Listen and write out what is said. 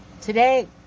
today